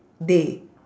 day